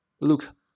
Look